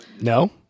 No